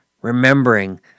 remembering